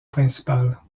principal